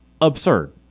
Absurd